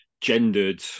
gendered